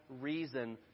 reason